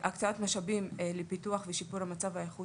הקצאת משאבים לפיתוח ושיפור מצב האיכות